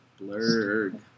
blurred